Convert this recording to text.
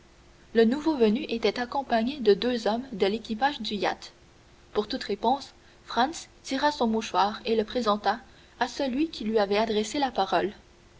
le nouveau venu était accompagné de deux hommes de l'équipage du yacht pour toute réponse franz tira son mouchoir et le présenta à celui qui lui avait adressé la parole